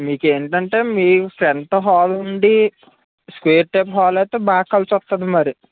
మీకు ఏంటంటే మీకు ఫ్రంట్ హాల్ ఉండి స్క్వేర్ టైప్ హాల్ అంటే బాగా కలిసొస్తది మరి